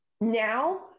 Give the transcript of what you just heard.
now